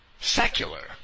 secular